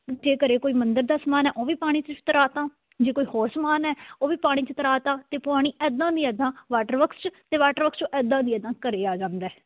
ਕਿ ਘਰ ਕੋਈ ਮੰਦਰ ਦਾ ਸਮਾਨ ਹੈ ਉਹ ਵੀ ਪਾਣੀ 'ਚ ਤੈਰਾ ਦਿੱਤਾ ਜੇ ਕੋਈ ਹੋਰ ਸਮਾਨ ਹੈ ਉਹ ਵੀ ਪਾਣੀ 'ਚ ਤੈਰਾ ਦਿੱਤਾ ਅਤੇ ਪਾਣੀ ਇੱਦਾਂ ਦੀ ਇੱਦਾਂ ਵਾਟਰ ਵਰਕਸ 'ਚ ਅਤੇ 'ਚੋਂ ਇੱਦਾਂ ਦੀ ਇੱਦਾਂ ਘਰੇ ਆ ਜਾਂਦਾ